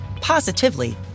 positively